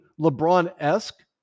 LeBron-esque